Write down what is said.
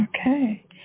Okay